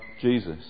Jesus